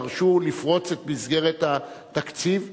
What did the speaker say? דרשו לפרוץ את מסגרת התקציב,